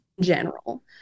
general